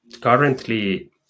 currently